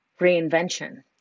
reinvention